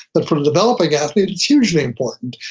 but for a developing athlete, it's hugely important.